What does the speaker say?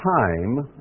time